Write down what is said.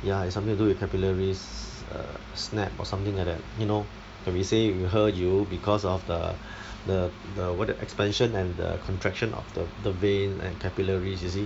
ya it's something to do with capillaries err snap or something like that you know when we say we 喝油 because of the the the the expansion and the contraction of the the veins and capillaries you see